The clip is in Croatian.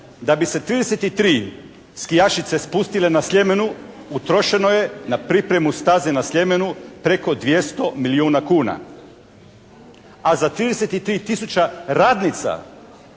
da bi se 33 skijašice spustile na Sljemenu utrošeno je na pripremu staze na Sljemenu preko 200 milijuna kuna, a za 33 tisuća radnica